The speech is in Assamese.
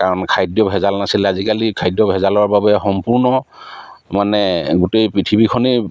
কাৰণ খাদ্য ভেজাল নাছিলে আজিকালি খাদ্য ভেজালৰ বাবে সম্পূৰ্ণ মানে গোটেই পৃথিৱীখনেই